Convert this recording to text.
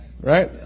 Right